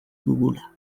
dugula